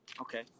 okay